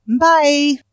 Bye